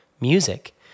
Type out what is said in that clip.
music